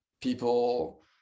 people